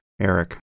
Eric